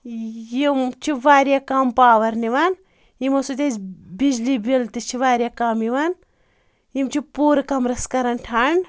یِم چھُ واریاہ کَم پاوَر نِوان یِمو سۭتۍ اَسہِ بِجلی بِل تہِ چھ واریاہ کَم یِوان یِم چھ پوٗر کَمرَس کَران ٹھنٛڈ